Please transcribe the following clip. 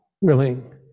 willing